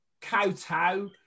kowtow